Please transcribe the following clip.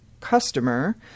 customer